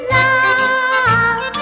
love